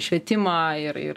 švietimą ir ir